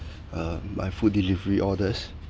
uh my food delivery orders